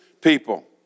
people